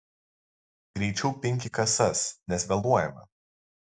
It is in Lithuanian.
greičiau pinki kasas nes vėluojame